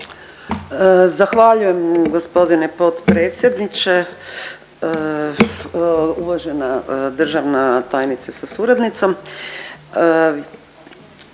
Zahvaljujem gospodine potpredsjedniče, uvažena državna tajnice sa suradnicom.